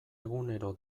egunero